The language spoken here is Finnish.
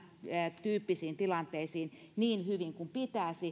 tämäntyyppisiin tilanteisiin niin hyvin kuin pitäisi